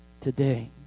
today